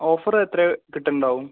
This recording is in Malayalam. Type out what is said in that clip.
ഓഫർ എത്ര കിട്ടുന്നുണ്ടാവും